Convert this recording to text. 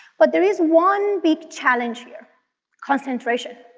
but there is one big challenge here concentration.